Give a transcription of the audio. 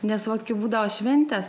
nes vat kai būdavo šventes